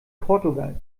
portugal